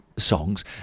songs